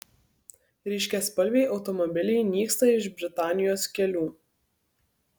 ryškiaspalviai automobiliai nyksta iš britanijos kelių